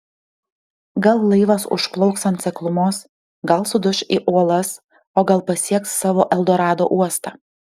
gal laivas užplauks ant seklumos gal suduš į uolas o gal pasieks savo eldorado uostą